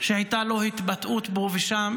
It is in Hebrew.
שהייתה לו התבטאות פה ושם,